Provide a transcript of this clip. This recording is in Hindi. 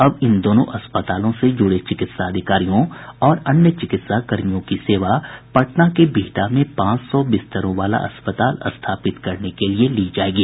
अब इन दोनों अस्पतालों से जुड़े चिकित्सा अधिकारियों और अन्य चिकित्सा कर्मियों की सेवा पटना के बिहटा में पांच सौ बिस्तरों वाला अस्पताल स्थापित करने के लिए ली जाएगी